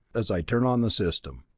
as i turn on the system.